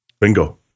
bingo